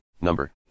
number